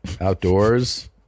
outdoors